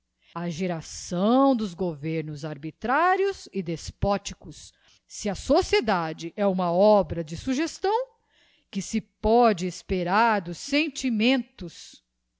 a geração dos governos arbitrários e despóticos si a sociedade é uma obra de suggestão que se pôde esperar dos sentimentos